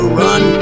run